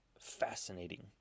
fascinating